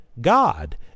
god